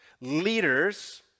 Leaders